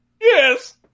Yes